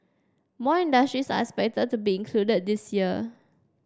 more industries are expected to be included this year